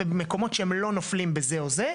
ומקומות שהם לא נופלים בזה או זה,